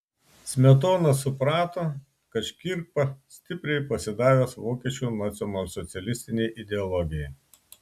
smetona suprato kad škirpa stipriai pasidavęs vokiečių nacionalsocialistinei ideologijai